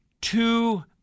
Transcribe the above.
two